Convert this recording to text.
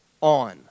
on